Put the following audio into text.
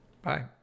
Bye